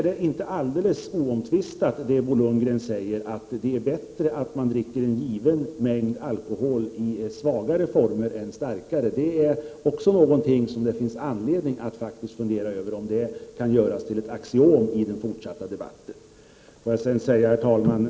Det Bo Lundgren säger om att det är bättre att man dricker en given mängd alkohol i svagare former än i starkare är inte alldeles oomtvistat. Det finns anledning att fundera över om detta är något som skall göras till ett axiom i den fortsatta debatten. Herr talman!